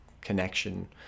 connection